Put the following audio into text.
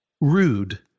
rude